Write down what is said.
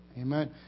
Amen